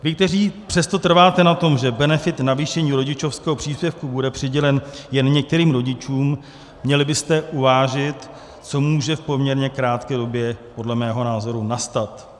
Vy, kteří přesto trváte na tom, že benefit navýšení rodičovského příspěvku bude přidělen jen některým rodičům, měli byste uvážit, co může v poměrně krátké době podle mého názoru nastat.